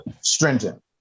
stringent